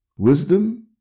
Wisdom